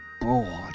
bored